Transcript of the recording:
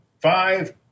five